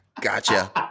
Gotcha